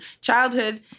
childhood